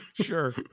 Sure